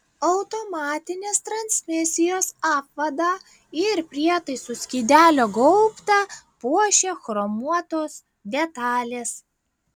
automatinės transmisijos apvadą ir prietaisų skydelio gaubtą puošia chromuotos detalės